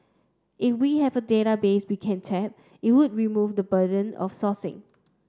if we have a database we can tap it would remove the burden of sourcing